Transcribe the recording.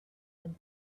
and